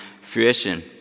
fruition